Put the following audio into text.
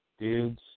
Dudes